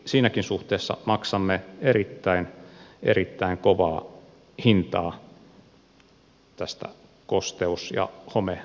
siinäkin suhteessa maksamme erittäin erittäin kovaa hintaa tästä kosteus ja homeongelmasta